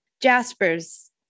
Jasper's